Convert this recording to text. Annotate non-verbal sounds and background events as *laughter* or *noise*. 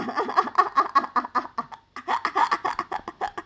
*laughs*